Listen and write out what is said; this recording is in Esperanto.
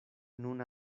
nun